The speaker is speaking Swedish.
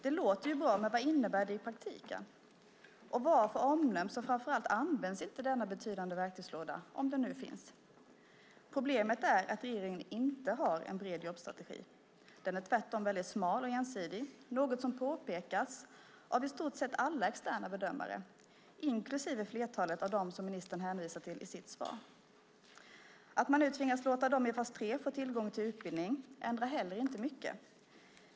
Det låter ju bra, man vad innebär det i praktiken och varför omnämns och framför allt används inte denna betydande verktygslåda om den nu finns? Problemet är att regeringen inte har en bred jobbstrategi. Den är tvärtom väldigt smal och ensidig, något som påpekas av i stort sett alla externa bedömare, inklusive flertalet av dem som ministern hänvisar till i sitt svar. Att man nu tvingas låta dem i fas 3 få tillgång till utbildning ändrar heller inte mycket.